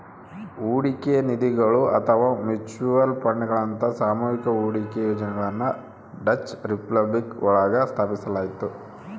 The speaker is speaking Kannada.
ಹೂಡಿಕೆ ನಿಧಿಗಳು ಅಥವಾ ಮ್ಯೂಚುಯಲ್ ಫಂಡ್ಗಳಂತಹ ಸಾಮೂಹಿಕ ಹೂಡಿಕೆ ಯೋಜನೆಗಳನ್ನ ಡಚ್ ರಿಪಬ್ಲಿಕ್ ಒಳಗ ಸ್ಥಾಪಿಸಲಾಯ್ತು